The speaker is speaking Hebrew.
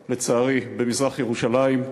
לצערי, במזרח-ירושלים,